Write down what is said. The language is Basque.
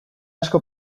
asko